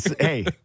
Hey